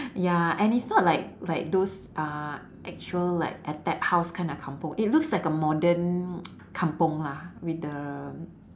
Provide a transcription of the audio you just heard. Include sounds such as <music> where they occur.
ya and it's not like like those uh actual like attap house kind of kampung it looks like a modern <noise> kampung lah with the